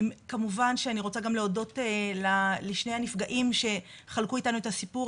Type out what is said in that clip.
כמובן שאני רוצה גם להודות גם לשני הנפגעים שחלקו איתנו את הסיפור,